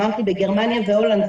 דיברתי על גרמניה והולנד,